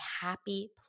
happy